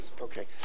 okay